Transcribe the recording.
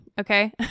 okay